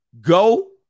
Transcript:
go